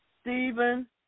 Stephen